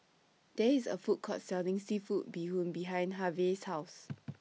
There IS A Food Court Selling Seafood Bee Hoon behind Harve's House